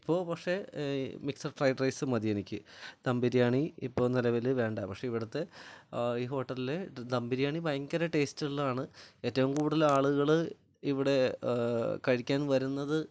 ഇപ്പോൾ പക്ഷേ mixed fried rice മതി എനിക്ക് ദം ബിരിയാണി ഇപ്പോൾ നിലവിൽ വേണ്ട പക്ഷേ ഇവിടുത്തെ ഈ ഹോട്ടലിലെ ദം ബിരിയാണി ഭയങ്കര ടേസ്റ്റുള്ളതാണ് ഏറ്റവും കൂടുതൽ ആളുകൾ ഇവിടെ കഴിക്കാൻ വരുന്നത്